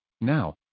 Now